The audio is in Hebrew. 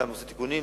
אדם עושה תיקונים,